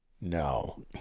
No